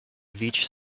veitch